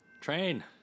Train